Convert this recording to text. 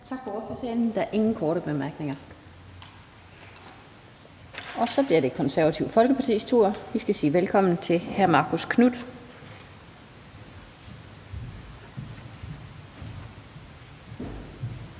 Tak for ordførertalen. Der er ingen korte bemærkninger. Og så bliver det Det Konservative Folkepartis tur. Vi skal sige velkommen til hr. Marcus Knuth.